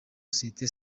sosiyete